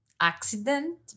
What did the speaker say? accident